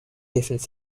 different